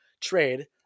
trade